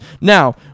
now